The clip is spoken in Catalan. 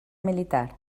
militar